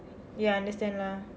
ya understand lah